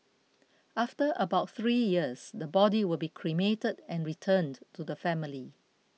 after about three years the body will be cremated and returned to the family